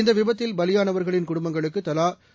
இந்த விபத்தில் பலியானவர்களின் குடும்பங்களுக்கு தலா ரூ